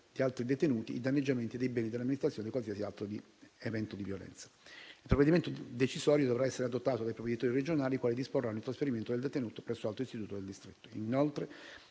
di altri detenuti; i danneggiamenti dei beni dell'amministrazione e qualsiasi altro evento di violenza. Il provvedimento decisorio dovrà essere adottato dai provveditorati regionali, i quali disporranno il trasferimento del detenuto presso altro istituto del distretto.